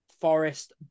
Forest